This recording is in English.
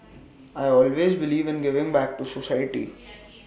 I always believe in giving back to society